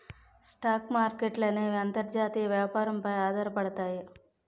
stock మార్కెట్ల అనేవి అంతర్జాతీయ వ్యాపారం పై ఆధారపడతాయి